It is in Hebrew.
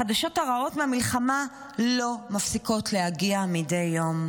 החדשות הרעות מהמלחמה לא מפסיקות להגיע מדי יום,